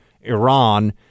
Iran